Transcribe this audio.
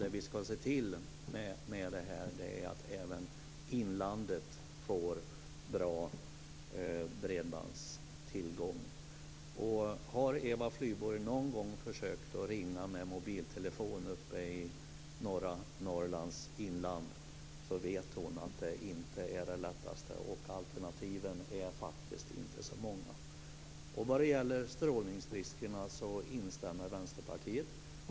Det vi här måste se till är att även inlandet får bra bredbandstillgång. Har Eva Flyborg någon gång försökt ringa med mobiltelefon uppe i norra Norrlands inland vet hon att det inte är det lättaste, och alternativen är faktiskt inte så många. När det gäller strålningsriskerna instämmer Vänsterpartiet.